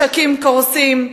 משקים קורסים,